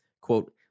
Quote